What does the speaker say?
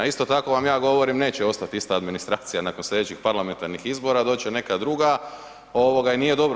Isto tako vam ja govorim neće ostat ista administracija nakon slijedećih parlamentarnih izbora, doći će neka druga ovoga i nije dobro.